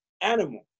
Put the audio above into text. animal